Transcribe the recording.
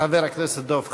חבר הכנסת דב חנין,